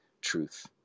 truth